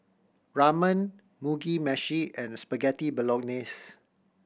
Ramen Mugi Meshi and Spaghetti Bolognese